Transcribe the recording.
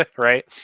right